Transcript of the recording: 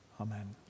Amen